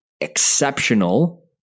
exceptional